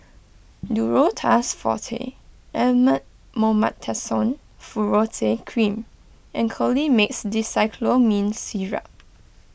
Duro Tuss Forte Elomet Mometasone Furoate Cream and Colimix Dicyclomine Syrup